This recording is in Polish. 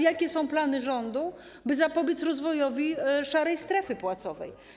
Jakie są plany rządu, by zapobiec rozwojowi szarej strefy płacowej?